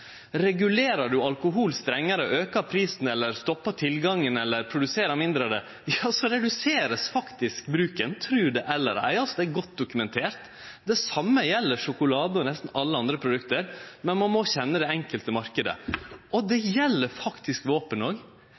Regulerer ein alkohol strengare, aukar prisen. Stoppar ein tilgangen eller produserer mindre av han, vert bruken faktisk redusert – tru det eller ei. Det er godt dokumentert. Det same gjeld sjokolade og nesten alle andre produkt. Men ein må kjenne den enkelte marknaden. Dette gjeld faktisk våpen òg. Viss vi forbyr kjemiske og